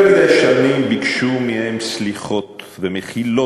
יותר מדי שנים ביקשו מהם סליחות ומחילות,